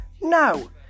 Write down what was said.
No